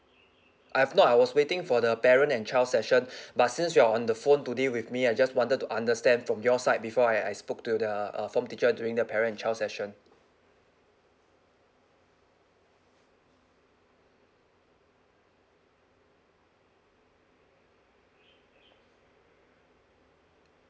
I have not I was waiting for the parent and child session but since you're on the phone today with me I just wanted to understand from your side before I I spoke to the uh form teacher during the parent and child session